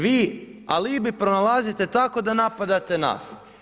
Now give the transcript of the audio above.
Vi alibi pronalazite, tako da napadate nas.